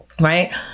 right